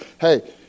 hey